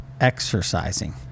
exercising